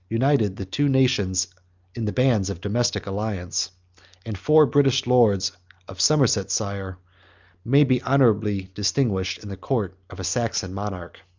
united the two nations in the bands of domestic alliance and four british lords of somersetshire may be honorably distinguished in the court of a saxon monarch.